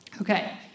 Okay